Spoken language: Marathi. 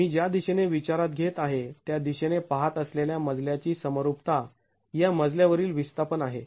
मी ज्या दिशेने विचारात घेत आहे त्या दिशेने पाहात असलेल्या मजल्याची समरूपता या मजल्या वरील विस्थापन आहे